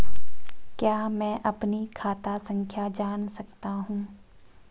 क्या मैं अपनी खाता संख्या जान सकता हूँ?